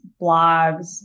blogs